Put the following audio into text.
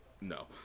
no